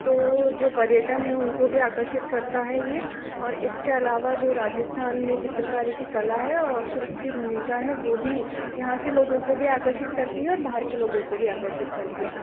तो जो पर्यटन है उनको भी आकर्षित करता है ये और इसके अलावा जो राजस्थान में चित्रकारी की कला है और शिल्प की भूमिका है वो भी यहाँ के लोगों को भी आकर्षित करती है और बाहर के लोगों को भी आकर्षित करती है